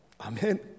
Amen